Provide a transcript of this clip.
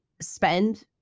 spend